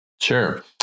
Sure